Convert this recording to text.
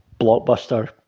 blockbuster